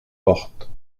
porte